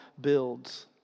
builds